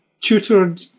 tutored